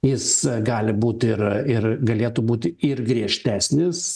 jis gali būti ir ir galėtų būti ir griežtesnis